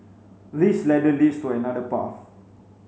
this ladder leads to another path